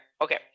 okay